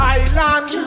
island